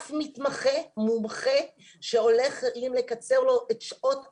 אף מתמחה, מומחה שהולך לקצר לו את שעות היום,